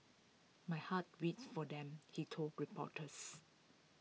my heart weeps for them he told reporters